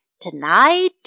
Tonight